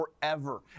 forever